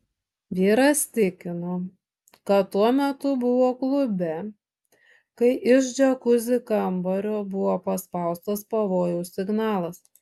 vyras tikino kad tuo metu buvo klube kai iš džiakuzi kambario buvo paspaustas pavojaus signalas